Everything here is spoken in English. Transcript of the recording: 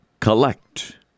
collect